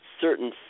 certain